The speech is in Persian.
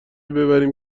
ببریم